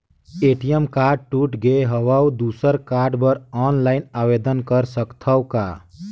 ATM card टूट गे हववं दुसर कारड बर ऑनलाइन आवेदन कर सकथव का?